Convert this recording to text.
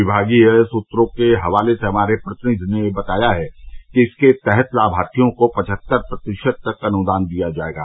विमागीय सूत्रों के हवाले से हमारे प्रतिनिधि ने बताया है कि इसके तहत लामार्थियों को पवहत्तर प्रतिशत तक अनुदान दिया जायेगा